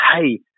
hey